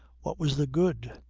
what was the good?